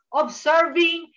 observing